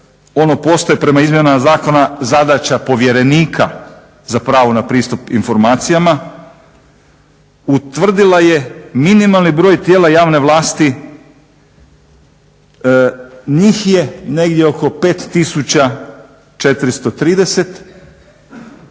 ono postaje prema izmjenama zakona zadaća povjerenika za pravo na pristup informacijama, utvrdila je minimalni broj tijela javne vlasti, njih je negdje oko 5430.